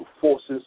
Forces